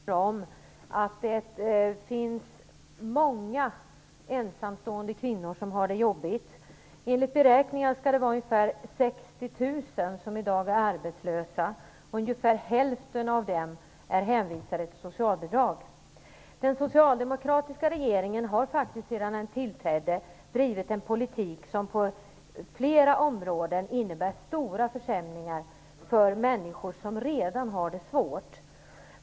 Fru talman! Som redan har nämnts har det kommit en rapport om att det finns många ensamstående kvinnor som har det jobbigt. Enligt beräkningar skall det vara ungefär 60 000 som i dag är arbetslösa. Ungefär hälften av dem är hänvisade till socialbidrag. Den socialdemokratiska regeringen har faktiskt sedan den tillträdde drivit en politik som på flera områden innebär stora försämringar för människor som redan har det svårt.